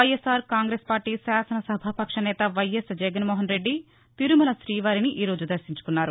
YSR Congress party శాసన సభాపక్ష నేత వైఎస్ జగన్నోహన్రెడ్డి తిరుమల శ్రీవారిని ఈరోజు దర్వించుకున్నారు